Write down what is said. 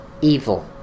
evil